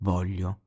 Voglio